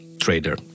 trader